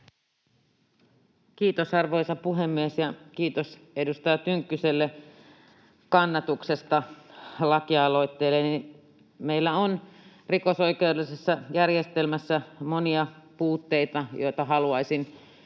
Kiitos, arvoisa puhemies! Ja kiitos edustaja Tynkkyselle kannatuksesta lakialoitteelleni. Meillä on rikosoikeudellisessa järjestelmässä monia puutteita, joita itse haluaisin muuttaa.